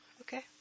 Okay